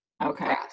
Okay